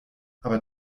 aber